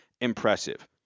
impressive